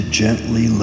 gently